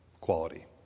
quality